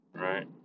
right